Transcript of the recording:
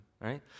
right